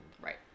Right